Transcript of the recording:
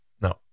No